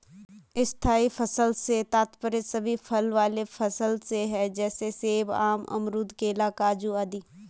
स्थायी फसल से तात्पर्य सभी फल वाले फसल से है जैसे सेब, आम, अमरूद, केला, काजू आदि